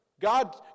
God